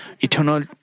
eternal